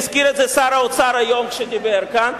והזכיר את זה שר האוצר היום כשדיבר כאן.